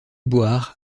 boire